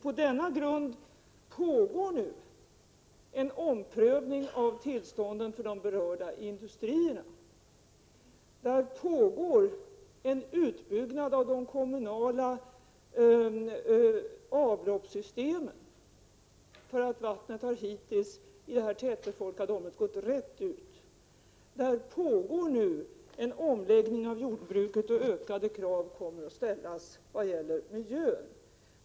På denna grund pågår nu en omprövning av tillstånden för de berörda industrierna. Det pågår en utbyggnad av de kommunala avloppssystemen, eftersom hittills avloppsvattnet från de tätbefolkade områdena gått rätt ut i havet. En omläggning av jordbruket pågår, och ökade krav kommer att ställas vad gäller miljön.